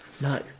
No